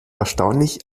erstaunlich